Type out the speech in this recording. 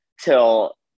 till